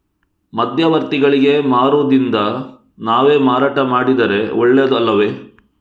ಮಧ್ಯವರ್ತಿಗಳಿಗೆ ಮಾರುವುದಿಂದ ನಾವೇ ಮಾರಾಟ ಮಾಡಿದರೆ ಒಳ್ಳೆಯದು ಅಲ್ಲವೇ?